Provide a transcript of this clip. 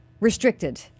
Restricted